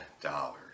dollars